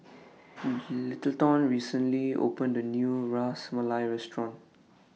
Littleton recently opened A New Ras Malai Restaurant